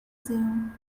zoom